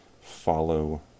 Follow